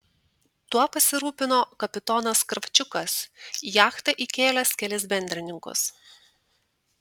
tuo pasirūpino kapitonas kravčiukas į jachtą įkėlęs kelis bendrininkus